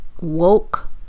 woke